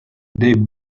they